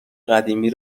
قدیمی